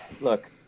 look